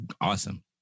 awesome